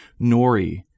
nori